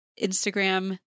Instagram